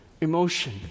emotion